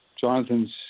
Jonathan's